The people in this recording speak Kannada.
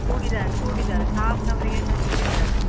ಚೂಡಿದಾರ ಚೂಡಿದಾರ ಸ್ಟಾಫ್ನವರಿಗೆಲ್ಲ ಚೂಡಿದಾರ